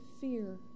fear